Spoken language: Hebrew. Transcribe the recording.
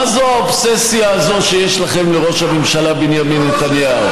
מה זאת האובססיה הזאת שיש לכם לראש הממשלה בנימין נתניהו?